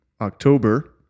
October